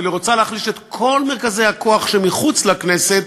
אבל היא רוצה להחליש את כל מרכזי הכוח שמחוץ לכנסת,